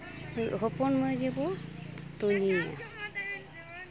ᱦᱚᱯᱚᱱ ᱢᱟᱹᱭ ᱜᱮᱵᱚ ᱛᱩᱧᱮᱭᱟ